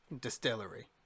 Distillery